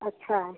अच्छा